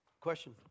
Question